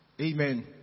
Amen